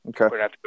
okay